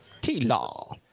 T-law